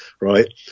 right